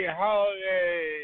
holiday